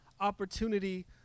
opportunity